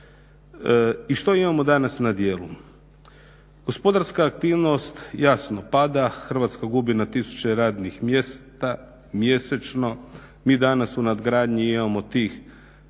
I što imamo danas na djelu? Gospodarska aktivnost jasno pada, Hrvatska gubi na tisuće radnih mjesta mjesečno. Mi danas u nadgradnji imamo tih